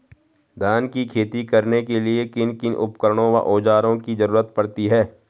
धान की खेती करने के लिए किन किन उपकरणों व औज़ारों की जरूरत पड़ती है?